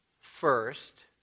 first